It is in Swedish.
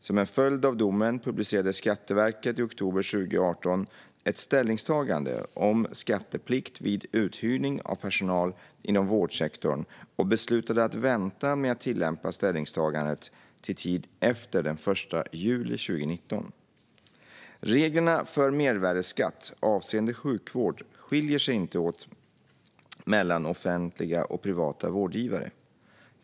Som en följd av domen publicerade Skatteverket i oktober 2018 ett ställningstagande om skatteplikt vid uthyrning av personal inom vårdsektorn och beslutade att vänta med att tillämpa ställningstagandet till tid efter den 1 juli 2019. Reglerna för mervärdesskatt avseende sjukvård skiljer sig inte åt mellan offentliga och privata vårdgivare.